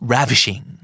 Ravishing